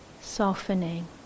Softening